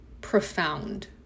profound